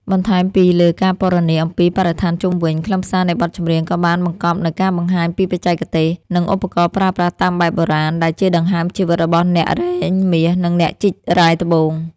បន្ថែមពីលើការពណ៌នាអំពីបរិស្ថានជុំវិញ ខ្លឹមសារនៃបទចម្រៀងក៏បានបង្កប់នូវការបង្ហាញពីបច្ចេកទេស និងឧបករណ៍ប្រើប្រាស់តាមបែបបុរាណដែលជាដង្ហើមជីវិតរបស់អ្នករែងមាស និងអ្នកជីករ៉ែត្បូង។